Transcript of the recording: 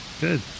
Good